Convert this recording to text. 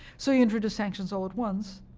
so you introduce sanctions all at once,